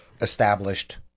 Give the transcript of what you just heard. established